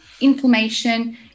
inflammation